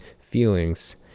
feelings